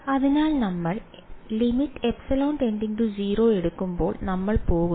അതിനാൽ നമ്മൾ എടുക്കുമ്പോൾ നമ്മൾ പോകുന്നു